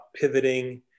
pivoting